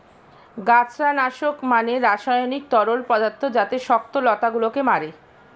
গাছড়া নাশক মানে রাসায়নিক তরল পদার্থ যাতে শক্ত লতা গুলোকে মারে